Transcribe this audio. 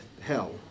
hell